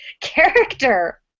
character